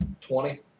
Twenty